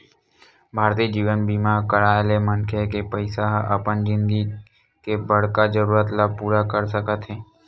भारतीय जीवन बीमा कराय ले मनखे के पइसा ह अपन जिनगी के बड़का जरूरत ल पूरा कर सकत हे